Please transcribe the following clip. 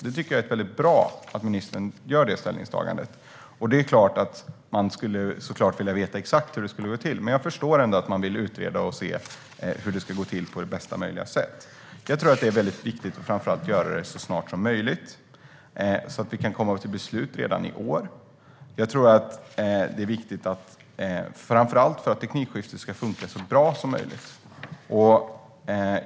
Jag tycker att det är väldigt bra att ministern gör det här ställningstagandet. Det är klart att man skulle vilja veta exakt hur det skulle gå till, men jag förstår att man vill utreda hur det ska gå till på bästa möjliga sätt. Jag tror framför allt att det är väldigt viktigt att göra det så snart som möjligt så att vi kan komma till beslut redan i år. Det är viktigt inte minst för att teknikskiftet ska funka så bra som möjligt.